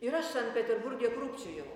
ir aš sankt peterburge krūpčiojau